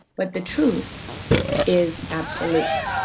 but the truth is absolute.